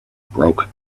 broke